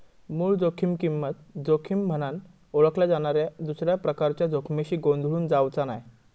मूळ जोखीम किंमत जोखीम म्हनान ओळखल्या जाणाऱ्या दुसऱ्या प्रकारच्या जोखमीशी गोंधळून जावचा नाय